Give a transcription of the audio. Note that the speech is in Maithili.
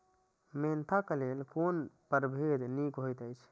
मेंथा क लेल कोन परभेद निक होयत अछि?